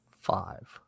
five